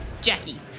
Jackie